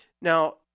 Now